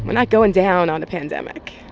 not going down on a pandemic.